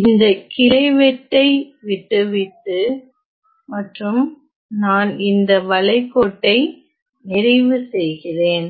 இந்த கிளை வெட்டை விட்டுவிட்டு மற்றும் நான் இந்த வளைகோட்டை நிறைவு செய்கிறேன்